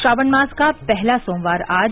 श्नावण मास का पहला सोमवार आज